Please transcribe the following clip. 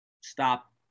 stop